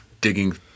Digging